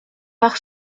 par